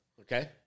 Okay